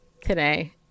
today